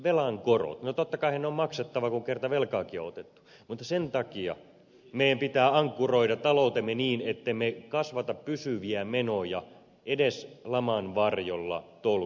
velan korot totta kaihan ne on maksettava kun kerran velkaakin on otettu mutta sen takia meidän pitää ankkuroida taloutemme niin ettemme kasvata pysyviä menoja edes laman varjolla tolkutto masti